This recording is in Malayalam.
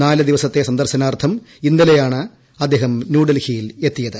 നാല് ദിവസത്തെ സന്ദർശനാർത്ഥം ഇന്നലെയാണ് അദ്ദേഹം ന്യൂഡൽഹിയിൽ എത്തിയത്